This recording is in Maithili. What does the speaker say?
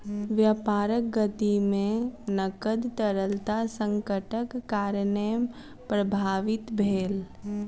व्यापारक गति में नकद तरलता संकटक कारणेँ प्रभावित भेल